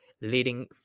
leading